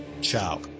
Ciao